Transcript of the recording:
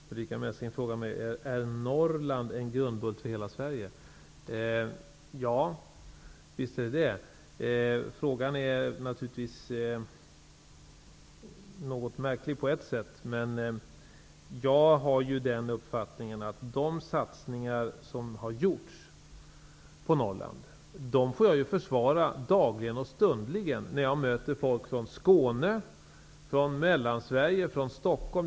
Herr talman! Ulrica Messing frågar mig om Norrland är en grundbult för hela Sverige. Ja, så är det. Frågan är naturligtvis något märklig på ett sätt. De satsningar på Norrland som har gjorts får jag dagligen och stundligen försvara när jag möter folk från Skåne, Mellansverige och Stockholm.